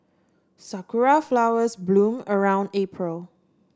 sakura flowers bloom around April